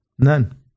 None